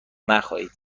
نخایید